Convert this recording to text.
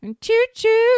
Choo-choo